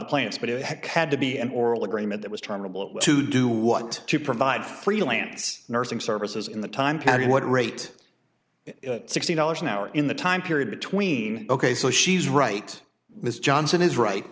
the plaintiffs but it had to be an oral agreement that was trying to do what to provide freelance nursing services in the time period what rate sixty dollars an hour in the time period between ok so she's right ms johnson is right